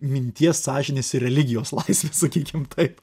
minties sąžinės ir religijos laisvės sakykim taip